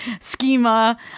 schema